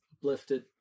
uplifted